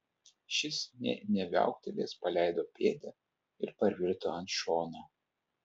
šis nė neviauktelėjęs paleido pėdą ir parvirto ant šono